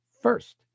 first